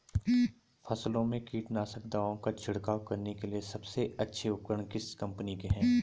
फसलों में कीटनाशक दवाओं का छिड़काव करने के लिए सबसे अच्छे उपकरण किस कंपनी के हैं?